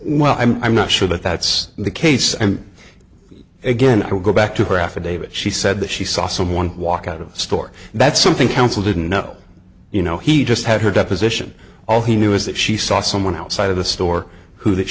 well i'm i'm not sure that that's the case and again i'll go back to her affidavit she said that she saw someone walk out of the store that's something counsel didn't know you know he just had her deposition all he knew is that she saw someone outside of the store who that